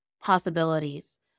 possibilities